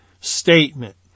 statement